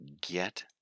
get